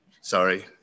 Sorry